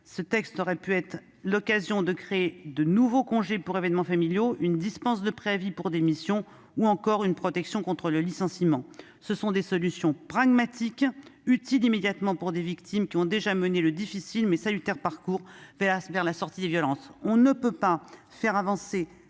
ce texte aurait pu être l'occasion de créer de nouveaux congés pour événements familiaux, une dispense de préavis pour démission ou encore une protection contre le licenciement. Ce sont là des solutions pragmatiques, utiles immédiatement pour des victimes qui doivent déjà suivre un parcours difficile, mais salutaire, vers la sortie des violences. Mes chers